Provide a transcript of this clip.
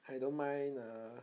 I don't mind err